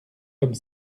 comme